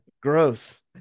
gross